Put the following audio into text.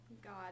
God